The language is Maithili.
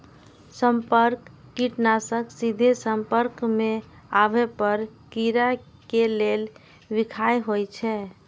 संपर्क कीटनाशक सीधे संपर्क मे आबै पर कीड़ा के लेल बिखाह होइ छै